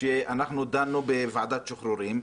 שאנחנו דנו בוועדת שחרורים,